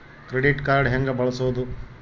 Credit card ಹೆಂಗ ಬಳಸೋದು?